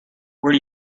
where